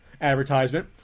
Advertisement